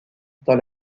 dans